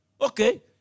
Okay